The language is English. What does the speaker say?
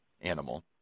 animal